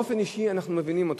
באופן אישי אנחנו מבינים אותך,